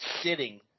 sitting